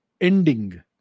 ending